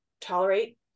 tolerate